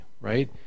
right